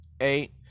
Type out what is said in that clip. eight